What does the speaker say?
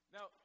Now